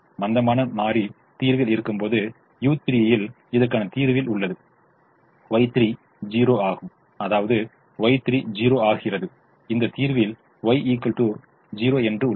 மந்தமான மாறி தீர்வில் இருக்கும்போது u3 ல் இதற்கான தீர்வில் உள்ளது Y3 0 ஆகும் அதாவது Y3 0 ஆகிறது இந்த தீர்வில் Y3 0 என்று உள்ளது